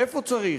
איפה צריך?